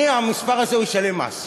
מהמספר הזה הוא ישלם מס.